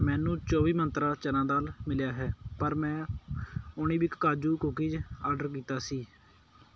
ਮੈਨੂੰ ਚੌਵੀ ਮੰਤਰਾਂ ਚਨਾ ਦਾਲ ਮਿਲਿਆ ਹੈ ਪਰ ਮੈਂ ਉਣੀਬਿਕ ਕਾਜੂ ਕੂਕੀਜ਼ ਆਰਡਰ ਕੀਤਾ ਸੀ